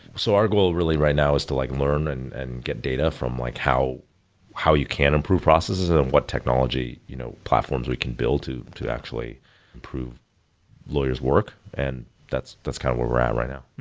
so our goal really right now is to like learn and and get data from like how how you can improve processes and what technology you know platforms we can build to to actually prove lawyers work, and that's that's kind of where we're at right now.